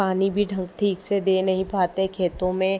पानी भी ढंग ठीक से दे नहीं पाते हैं खेतों में